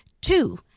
Two